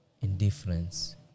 indifference